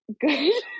good